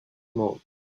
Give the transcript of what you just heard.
mode